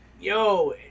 Yo